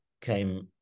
came